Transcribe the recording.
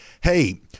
hey